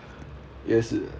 yes